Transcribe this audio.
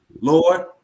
Lord